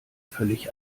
völlig